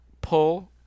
pull